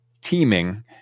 teaming